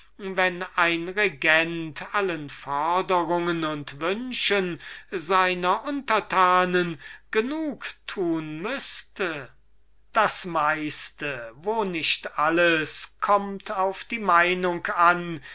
wenn ein regent allen forderungen und wünschen seiner untertanen genug tun müßte das meiste wo nicht alles kömmt auf die meinung an